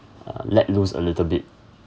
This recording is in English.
uh let loose a little bit